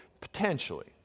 potentially